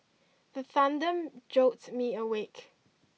the thunder jolt me awake